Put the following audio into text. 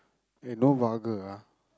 eh no vulgar ah